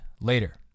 later